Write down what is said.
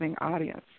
audience